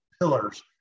pillars